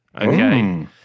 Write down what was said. okay